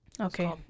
Okay